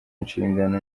inshingano